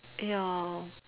ya